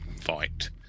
fight